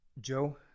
Joe